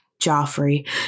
Joffrey